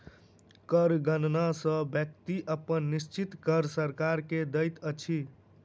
कर गणना सॅ व्यक्ति अपन निश्चित कर सरकार के दैत अछि